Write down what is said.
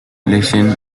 listen